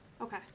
Okay